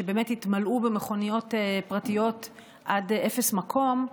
שהתמלאו במכוניות פרטיות עד אפס מקום,